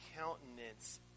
countenance